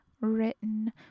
written